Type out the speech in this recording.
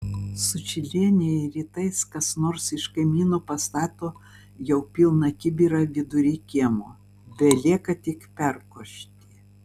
sučylienei rytais kas nors iš kaimynų pastato jau pilną kibirą vidury kiemo belieka tik perkošti